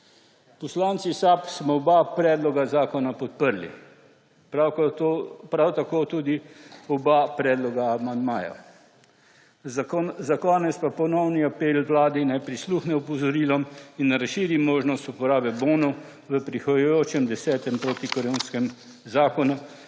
Poslanci SAB smo oba predloga zakona podprli. Prav tako tudi oba predloga amandmajev. Za konec pa ponoven apel vladi, naj prisluhne opozorilom in razširi možnost uporabe bonov v prihajajočem desetem protikoronskem zakonu,